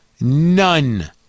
none